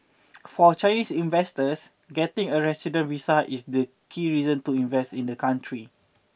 for Chinese investors getting a resident visa is the key reason to invest in the country